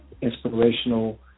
inspirational